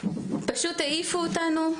פשוט העיפו אותנו,